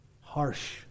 harsh